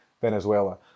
Venezuela